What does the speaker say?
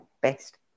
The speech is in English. best